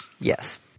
Yes